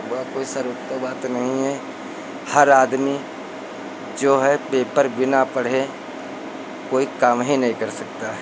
वह कोई सर उत्तो बात नहीं है हर आदमी जो है पेपर बिना पढ़े कोई काम ही नहीं कर सकता है